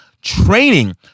Training